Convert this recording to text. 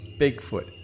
Bigfoot